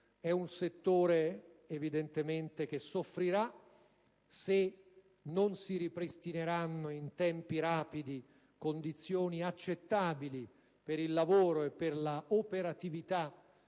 evidentemente che soffrirà, se non si ripristineranno in tempi rapidi condizioni accettabili per il lavoro e per la operatività